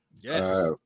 Yes